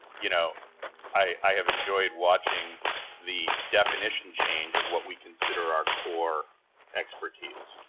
you know i have enjoyed watching the definition change of what we consider our core expertise.